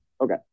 okay